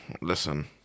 listen